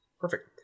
Perfect